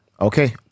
Okay